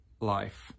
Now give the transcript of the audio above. life